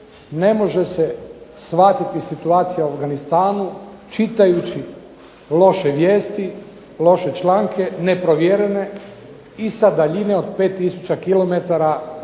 Ne može se shvatiti situacija u Afganistanu čitajući loše vijesti, loše članke, neprovjerene i sa daljine od 5000 km